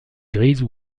grise